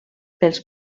pels